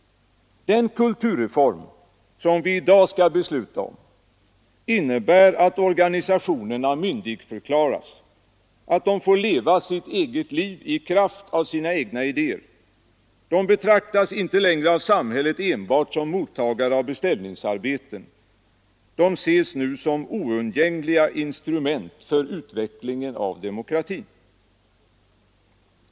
Den kulturreform som vi i dag skall besluta om innebär att organisationerna myndigförklaras, att de får leva sitt eget liv i kraft av sina egna idéer. De betraktas inte längre av samhället enbart som mottagare av beställningsarbeten, de ses nu som oundgängliga instrument för utveckling av demokratin.